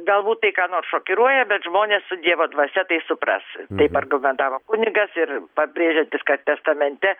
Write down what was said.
galbūt tai ką nors šokiruoja bet žmonės su dievo dvasia tai supras taip argumentavo kunigas ir pabrėžiantis kad testamente